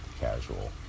casual